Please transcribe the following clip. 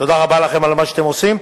תודה רבה לכם על מה שאתם עושים.